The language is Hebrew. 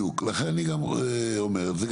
לכן אני גם אומר את זה,